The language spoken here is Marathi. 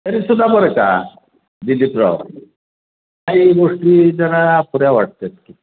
तरी सुद्धा बरं का दिलीपराव काही गोष्टी जरा अपुऱ्या वाटत आहेत की